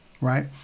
right